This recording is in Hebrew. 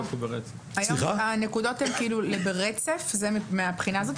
הנקודות הן ברצף, זה מהבחינה הזאת.